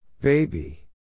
Baby